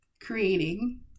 creating